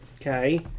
okay